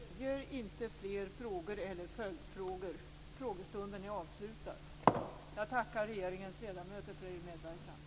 Tiden medger inte fler frågor eller följdfrågor. Jag tackar regeringens ledamöter för er medverkan.